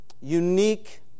unique